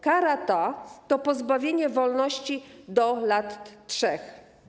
Kara ta to pozbawienie wolności do lat 3.